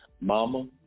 Mama